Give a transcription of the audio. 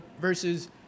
versus